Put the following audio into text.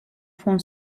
von